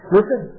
Listen